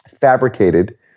fabricated